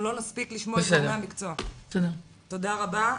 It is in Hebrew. תודה רבה.